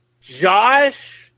Josh